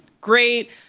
great